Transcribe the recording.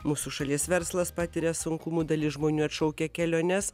mūsų šalies verslas patiria sunkumų dalis žmonių atšaukia keliones